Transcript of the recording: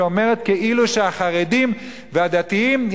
שאומרת שהחרדים והדתיים הם